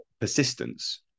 persistence